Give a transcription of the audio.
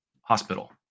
Hospital